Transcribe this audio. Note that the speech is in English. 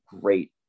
great